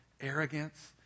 arrogance